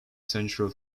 central